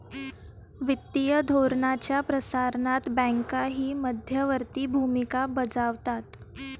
वित्तीय धोरणाच्या प्रसारणात बँकाही मध्यवर्ती भूमिका बजावतात